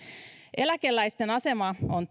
eläkeläisten asema on